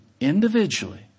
Individually